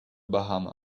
bahamas